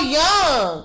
young